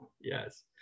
Yes